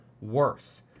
worse